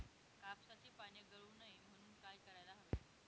कापसाची पाने गळू नये म्हणून काय करायला हवे?